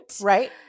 Right